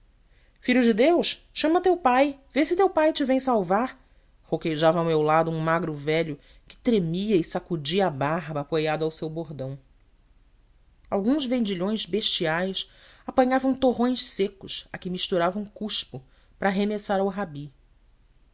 filho de deus chama teu pai vê se teu pai te vem salvar rouquejava a meu lado um magro velho que tremia e sacudia a barba apoiado ao seu bordão alguns vendilhões bestiais apanhavam torrões secos a que misturavam cuspo para arremessar ao rabi